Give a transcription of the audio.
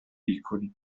piccoli